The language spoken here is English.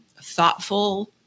thoughtful